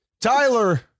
Tyler